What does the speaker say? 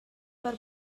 per